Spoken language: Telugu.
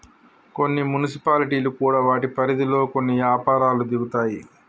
కొన్ని మున్సిపాలిటీలు కూడా వాటి పరిధిలో కొన్ని యపారాల్లో దిగుతాయి